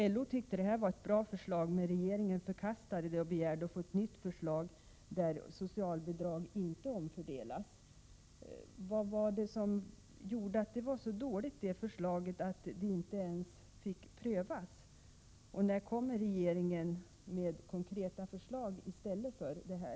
LO tyckte att det var ett bra förslag, men regeringen förkastade det och begärde att få ett nytt förslag där socialbidrag inte omfördelas. Varför bedömdes det förslaget vara så dåligt att det inte ens fick prövas? Och när kommer regeringen med konkreta förslag i stället för detta?